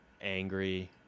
Angry